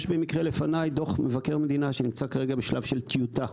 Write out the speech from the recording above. יש במקרה לפניי את דוח מבקר המדינה שנמצא כרגע בשלב של טיוטה,